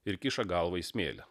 ir kiša galvą į smėlį